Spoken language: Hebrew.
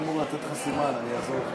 תוכן הצעת החוק שהוצגה על-ידי.